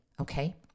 Okay